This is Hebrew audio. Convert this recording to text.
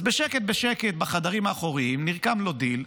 אז בשקט בשקט בחדרים האחוריים נרקם לו דיל,